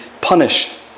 punished